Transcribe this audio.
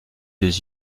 deux